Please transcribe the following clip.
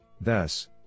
Thus